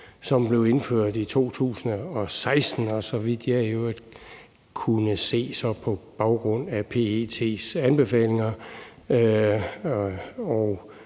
som blev indført i 2016, så vidt jeg i øvrigt kan se på baggrund af PET's anbefalinger,